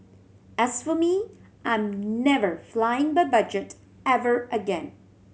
as for me I'm never flying by budget ever again